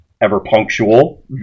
ever-punctual